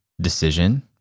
decision